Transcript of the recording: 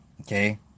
Okay